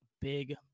big